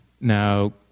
Now